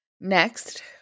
next